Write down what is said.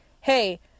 hey